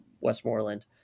Westmoreland